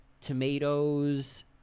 tomatoes